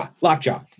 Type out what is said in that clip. Lockjaw